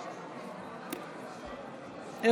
בבקשה.